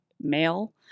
male